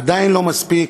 עדיין לא מספיק,